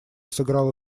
сыграла